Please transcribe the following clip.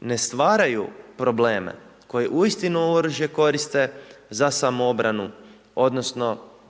ne stvaraju probleme, koji uistinu oružje koriste za samoobranu, odnosno